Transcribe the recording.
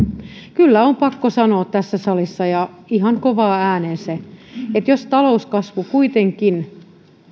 kyllä on pakko sanoa tässä salissa ja ihan kovaan ääneen se että jos talouskasvu kuitenkin